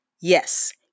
yes